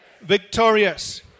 victorious